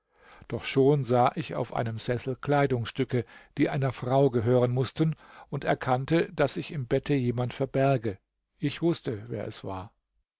doch schon sah ich auf einem sessel kleidungsstücke die einer frau gehören mußten und erkannte daß sich im bette jemand verberge ich wußte wer es war